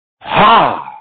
Ha